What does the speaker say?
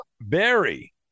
Barry